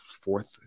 fourth